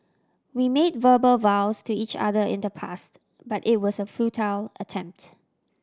we made verbal vows to each other in the past but it was a futile attempt